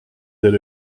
that